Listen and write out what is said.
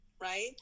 right